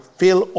fill